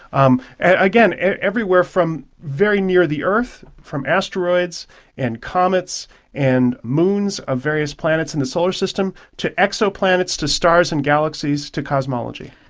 um again, everywhere from the very near the earth, from asteroids and comets and moons of various planets in the solar system, to exoplanets to stars and galaxies to cosmology.